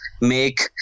make